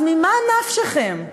אז ממה נפשכם?